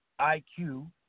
IQ